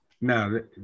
No